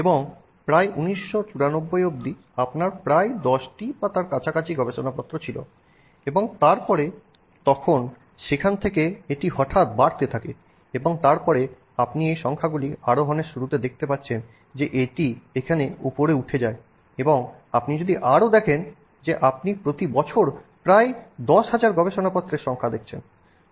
এবং প্রায় 1994 অবধি আপনার প্রায় 10 টি বা কাছাকাছি গবেষণাপত্র এবং তারপরে তখন সেখান থেকে এটি হঠাৎ বাড়তে থাকে এবং তারপরে আপনি এই সংখ্যাগুলি আরোহণের শুরুতে দেখতে পাচ্ছেন যে এটি এখানে উপরে উঠে যায় এবং আপনি যদি আরও দেখেন যে আপনি প্রতি বছর প্রায় 10000 গবেষণাপত্রের সংখ্যা দেখছেন